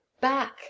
back